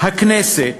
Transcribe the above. הכנסת